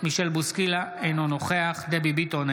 אינו נוכח דבי ביטון,